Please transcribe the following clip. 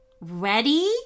Ready